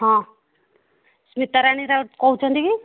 ହଁ ସ୍ମିତାରାଣୀ ରାଉତ କହୁଛନ୍ତି କି